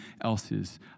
else's